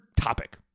topic